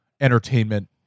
entertainment